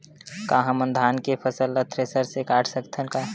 का हमन धान के फसल ला थ्रेसर से काट सकथन का?